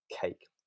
cake